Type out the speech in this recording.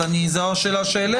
זו השאלה שהעליתי.